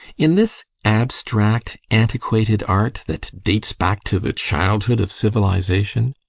in this abstract, antiquated art that dates back to the childhood of civilisation?